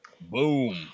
Boom